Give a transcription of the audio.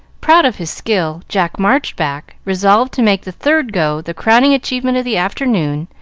proud of his skill, jack marched back, resolved to make the third go the crowning achievement of the afternoon,